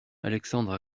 alexandre